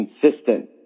consistent